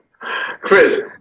Chris